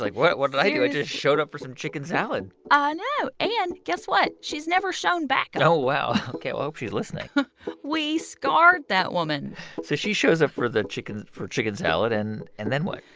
like what what did i do? i just showed up for some chicken salad i know. and guess what? she's never shown back up and oh, wow. ok. well, i hope she's listening we scarred that woman so she shows up for the chicken for chicken salad. and and then what?